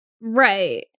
right